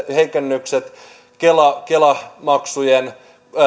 heikennykset kela maksujen